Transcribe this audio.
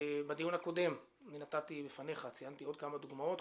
בדיון הקודם ציינתי עוד כמה דוגמאות,